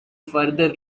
further